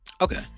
Okay